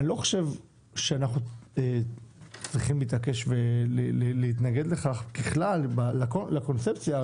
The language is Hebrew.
אני לא חושב שאנחנו צריכים להתעקש ולהתנגד לכך ככלל לקונספציה,